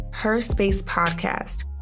herspacepodcast